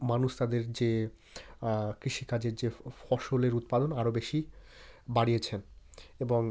মানুষ তাদের যে কৃষিকাজের যে ফসলের উৎপাদন আরও বেশি বাড়িয়েছেন এবং